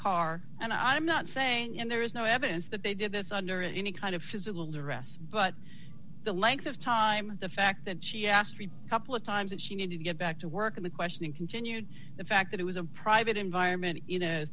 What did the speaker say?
car and i'm not saying and there is no evidence that they did this under any kind of physical duress but the length of time the fact that she asked a couple of times that she needed to get back to work in the questioning continued the fact that it was a private environment